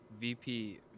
VP